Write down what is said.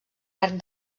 arc